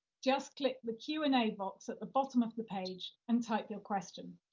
just click the q and a box at the bottom of the page and type your question.